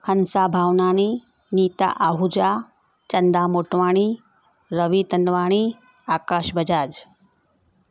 Hansa Bhavnani Neeta Ahuja Chanda Motwani Lavi Tanwani Akash Bajaj